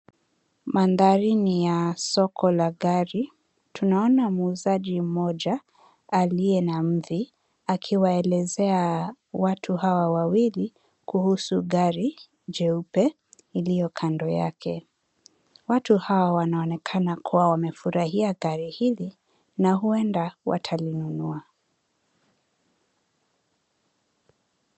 Madhari ni ya soko la gari, tunaona muuzaji mmoja aliye na mvi akiwaelezea watu hawa wawili kuhusu gari jeupe lilio kando yake. Watu hawa wanaonekana kuwa wamefurahia gari hili na huenda watalinunua.